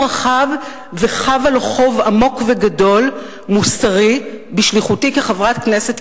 רחב וחבה לו חוב עמוק וגדול מוסרי בשליחותי כחברת כנסת,